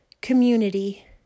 community